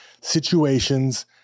situations